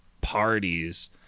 parties